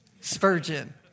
Spurgeon